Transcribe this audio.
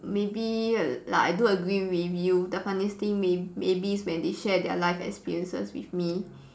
maybe like I do agree with you the funniest thing may~ maybe is when they share their life experiences with me